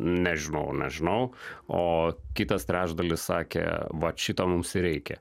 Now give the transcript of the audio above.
nežinau nežinau o kitas trečdalis sakė vat šito mums ir reikia